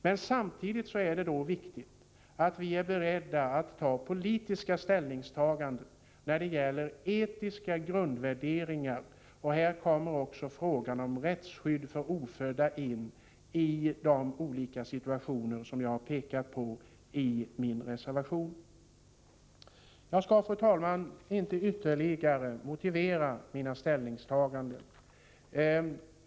Men samtidigt är det viktigt att vi är beredda till politiska ställningstaganden när det gäller etiska grundvärderingar, och här kommer också frågan om rättsskydd för ofödda in i de olika situationer som jag har pekat på i min reservation. Jag skall, fru talman, inte ytterligare motivera mina egna ställningstaganden.